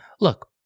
look